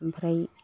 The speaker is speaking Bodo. ओमफ्राय